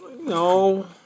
No